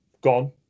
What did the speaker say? gone